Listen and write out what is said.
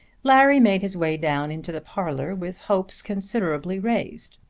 larry made his way down into the parlour with hopes considerably raised.